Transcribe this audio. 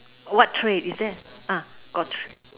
what tray is there got